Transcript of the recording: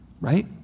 right